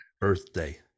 birthday